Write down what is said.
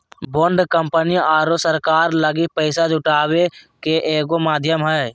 bond company आरो सरकार लगी पैसा जुटावे के एगो माध्यम हइ